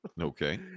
Okay